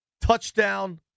touchdown